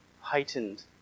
heightened